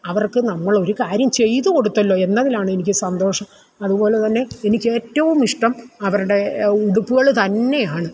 അവർക്ക് നമ്മളൊരു കാര്യം ചെയ്ത് കൊടുത്തല്ലോ എന്നതിലാണെനിക്ക് സന്തോഷം അതുപോലെത്തന്നെ എനിക്കേറ്റവും ഇഷ്ടം അവരുടെ ഉടുപ്പുകൾ തന്നെയാണ്